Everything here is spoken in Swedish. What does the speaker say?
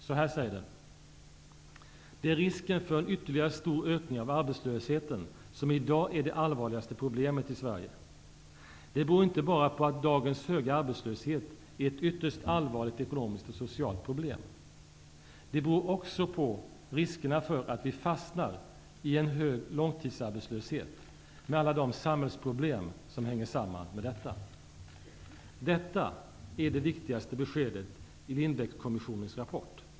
Så här säger den: Det är risken för en ytterligare stor ökning av arbetslösheten som i dag är det allvarligaste problemet i Sverige. Det beror inte bara på att dagens höga arbetslöshet är ett ytterst allvarligt ekonomiskt och socialt problem. Det beror också på riskerna för att vi fastnar i hög långtidsarbetslöshet med alla de samhällsproblem som hänger samman med detta. Detta är det viktigaste beskedet i Lindbeckkommissionens rapport.